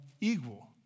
equal